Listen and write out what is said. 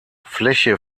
fläche